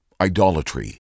idolatry